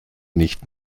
nicht